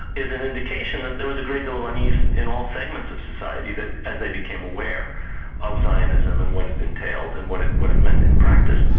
an indication that there was a great deal of unease in all segments of society, that as they became aware of zionism and what it entailed and what it what it meant in practice.